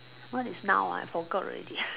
what is noun ah I forgot already